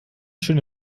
schöne